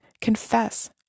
confess